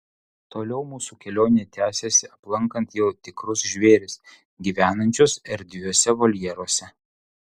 toliau mūsų kelionė tęsėsi aplankant jau tikrus žvėris gyvenančius erdviuose voljeruose